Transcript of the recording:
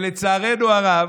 לצערנו הרב,